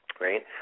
right